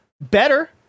better